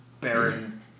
barren